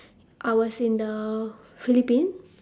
I was in the philippine